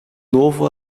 novo